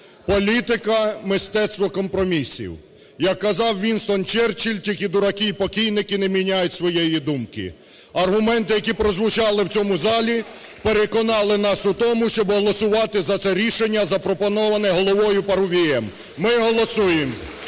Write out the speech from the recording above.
Політика – мистецтво компромісів. Як казав Вінстон Черчилль: "Тільки дураки і покійники не міняють своєї думки". Аргументи, які прозвучали в цьому залі, переконали нас у тому, щоб голосувати за це рішення, запропоноване Головою Парубієм. Ми голосуємо.